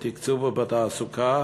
בתקציב ובתעסוקה